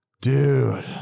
dude